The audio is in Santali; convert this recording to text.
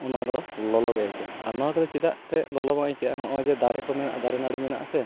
ᱚᱱᱟ ᱫᱚ ᱞᱚᱞᱚ ᱜᱮ ᱟᱹᱭᱠᱟᱹᱜᱼᱟ ᱟᱨ ᱱᱚᱣᱟ ᱠᱚᱫᱚ ᱪᱮᱫᱟᱜ ᱛᱮ ᱞᱚᱞᱚ ᱵᱟᱝ ᱟᱹᱭᱠᱟᱹᱜᱼᱟ ᱱᱚᱜᱼᱚᱭ ᱡᱮ ᱫᱟᱨᱮ ᱠᱚ ᱢᱮᱱᱟᱜᱼᱟ ᱫᱟᱨᱮ ᱱᱟᱹᱲᱤ ᱢᱮᱱᱟᱜᱼᱟ ᱥᱮ